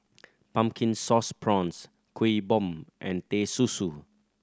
Pumpkin Sauce Prawns Kuih Bom and Teh Susu